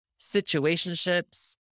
situationships